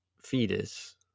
fetus